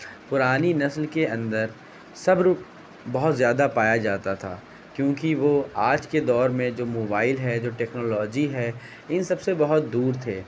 پرانی نسل کے اندر صبر بہت زیادہ پایا جاتا تھا کیوںکہ وہ آج کے دور میں جو موبائل ہے جو ٹیکنالوجی ہے ان سب سے بہت دور تھے